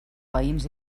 veïns